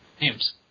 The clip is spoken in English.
Names